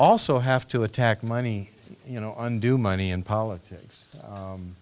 also have to attack money you know undue money in politics